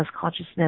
consciousness